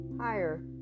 higher